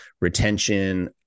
retention